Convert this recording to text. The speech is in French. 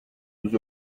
nous